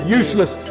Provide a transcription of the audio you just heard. useless